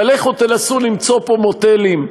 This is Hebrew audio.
אבל לכו תנסו למצוא פה מוטלים,